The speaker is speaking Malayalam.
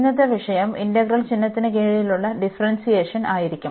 ഇന്നത്തെ വിഷയം ഇന്റഗ്രൽ ചിഹ്നത്തിന് കീഴിലുള്ള ഡിഫറെന്സിയേഷൻ ആയിരിക്കും